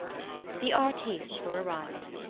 the artistes were arriving.